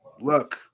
look